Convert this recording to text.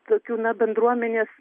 tokių na bendruomenės